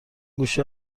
گوشه